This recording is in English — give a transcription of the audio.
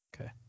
Okay